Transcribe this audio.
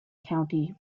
county